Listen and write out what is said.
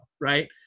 right